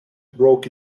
broke